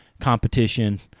competition